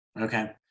Okay